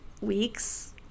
weeks